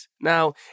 Now